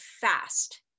fast